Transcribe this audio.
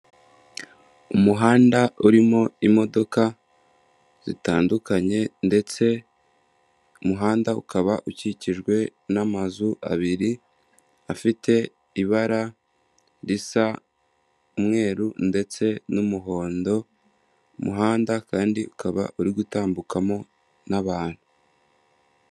Umuhanda urimo imodoka zitandukanye ndetse umuhanda ukaba ukikijwe n'amazu abiri afite ibara risa umweru ndetse n'umuhondo, umuhanda kandi ukaba uri gutambukamo n'abantu.